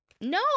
No